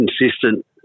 consistent